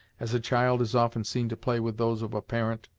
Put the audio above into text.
as a child is often seen to play with those of a parent,